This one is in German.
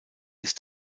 ist